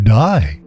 die